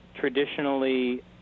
traditionally